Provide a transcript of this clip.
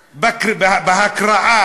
הפלסטינית.